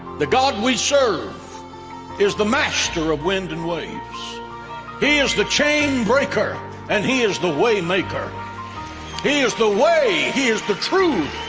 the god we serve is the master of ah wind and waves he is the chain breaker and he is the waymaker he is the way. he is the truth.